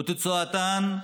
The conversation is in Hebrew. ותוצאתן,